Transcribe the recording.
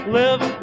live